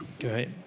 Great